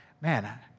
man